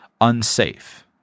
unsafe